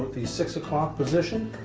the six o'clock position,